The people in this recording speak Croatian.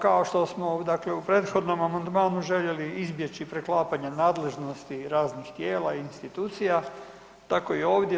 Kao što smo u prethodnom amandmanu želi izbjeći preklapanja nadležnosti raznih tijela i institucija, tako i ovdje.